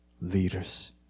leaders